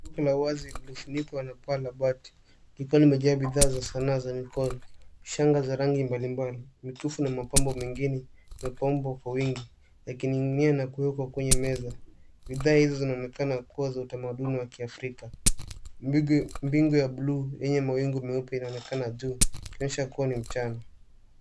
Duka la wazi lililofunikwa na paa la bati likiwa limejaa bidhaa za sanaa za mikono, shanga za rangi mbali mbali, mikufu na mapambo mengine imepambwa kwa wingi yakinging'inia na kuwekwa kwenye meza. Bidhaa hizo zinaonekana kuwa za utamaduni wa Kiafrika. Mbingu ya bluu yenye mawingu meupe inaonekana juu, ikionyesha kuwa ni mchana.